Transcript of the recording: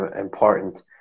important